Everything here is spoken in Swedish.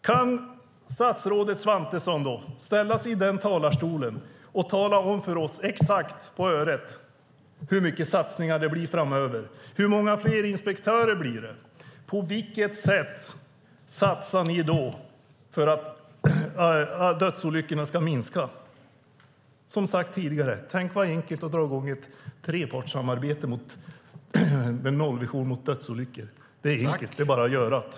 Kan statsrådet Svantesson ställa sig i talarstolen och tala om för oss exakt på öret hur mycket satsningar det blir framöver? Hur många fler inspektörer blir det? På vilket sätt satsar ni för att dödsolyckorna ska minska? Som sagt tidigare, tänk vad enkelt det vore att dra i gång ett trepartssamarbete med nollvision mot dödsolyckor. Det är enkelt - det är bara att göra det.